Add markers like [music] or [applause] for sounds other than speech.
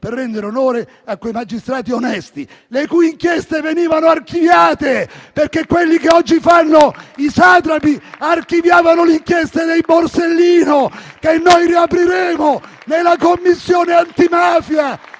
per rendere onore a quei magistrati onesti, le cui inchieste venivano archiviate. [applause] Quelli che oggi fanno i satrapi archiviavano le inchieste di Borsellino, che noi riapriremo nella Commissione antimafia,